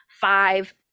five